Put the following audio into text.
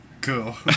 Cool